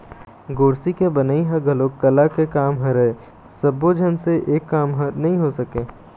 गोरसी के बनई ह घलोक कला के काम हरय सब्बो झन से ए काम ह नइ हो सके